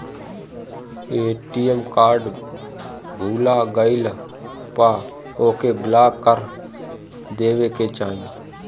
ATM card भूला गईला पअ ओके ब्लाक करा देवे के चाही